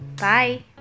Bye